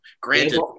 Granted